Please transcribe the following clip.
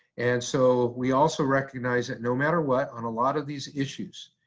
and so we also recognize that no matter what, on a lot of these issues,